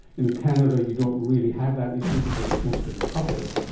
in canada you don't really have that issue because it's mostly public.